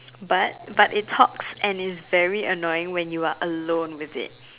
but but it talks and it's very annoying when you are alone with it